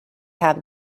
have